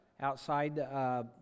outside